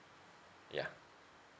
yeah